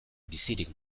bizirik